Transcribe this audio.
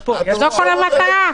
זאת הרי המטרה.